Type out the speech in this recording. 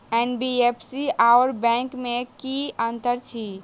NBFC आओर bank मे की अंतर अछि?